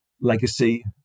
legacy